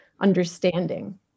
understanding